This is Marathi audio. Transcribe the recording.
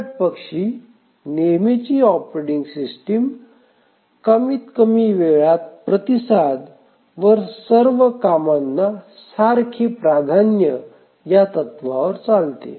उलटपक्षी नेहमीची ऑपरेटिंग सिस्टिम कमीत कमी वेळात प्रतिसाद व सर्व कामांना सारखी प्राधान्य या तत्त्वावर चालते